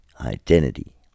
identity